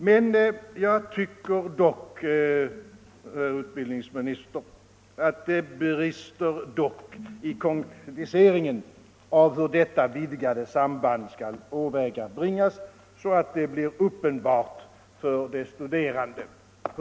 Man jag tycker, herr utbildningsminister, att det brister i konkretiseringen av hur detta vidgade samband skall åvägabringas, så att det blir uppenbart för de studerande.